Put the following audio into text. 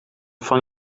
van